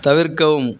தவிர்க்கவும்